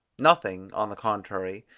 nothing, on the contrary,